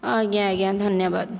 ହଁ ଆଜ୍ଞା ଆଜ୍ଞା ଧନ୍ୟବାଦ